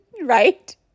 right